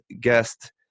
guest